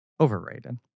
Overrated